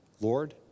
Lord